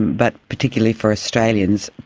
but particularly for australians,